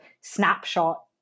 snapshot